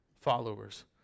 followers